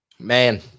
man